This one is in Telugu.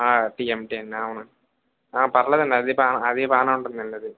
టిఎమ్టి అండి అవును పర్లేదండి అదీ బాగానే అదీ బాగానే ఉంటుందండి అది